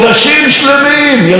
ומה יצא בסוף?